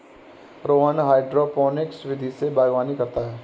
Rohan hydroponics विधि से बागवानी करता है